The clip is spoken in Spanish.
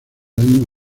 año